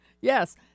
Yes